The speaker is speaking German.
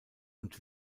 und